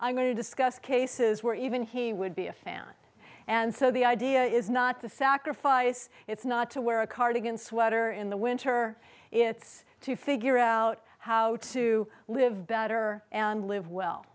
i'm going to discuss cases where even he would be a fan and so the idea is not the sacrifice it's not to wear a cardigan sweater in the winter it's to figure out how to live better and live well